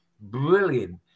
Brilliant